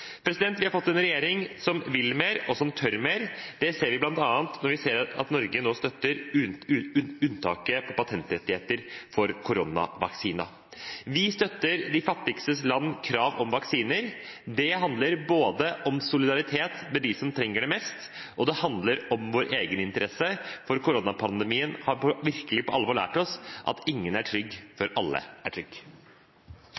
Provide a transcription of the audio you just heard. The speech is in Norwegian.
Vi har fått en regjering som vil mer, og som tør mer. Det ser vi bl.a. når Norge nå støtter unntaket fra patentrettigheter for koronavaksinen. Vi støtter de fattigste lands krav om vaksiner; det handler både om solidaritet med dem som trenger det mest, og om vår egeninteresse, for koronapandemien har virkelig på alvor lært oss at ingen er